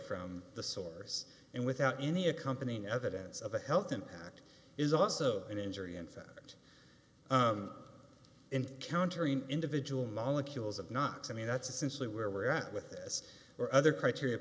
from the source and without any accompanying evidence of a health impact is also an injury in fact in countering individual molecules of knots i mean that's essentially where we're at with this or other criteria